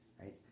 right